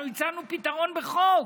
אנחנו הצענו פתרון בחוק.